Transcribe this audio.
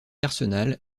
arsenal